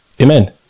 Amen